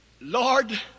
Lord